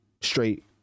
straight